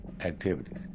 activities